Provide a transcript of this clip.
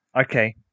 okay